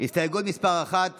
הסתייגות מס' 1,